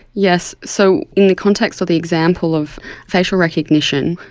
yes, so in the context of the example of facial recognition,